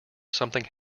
something